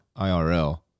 IRL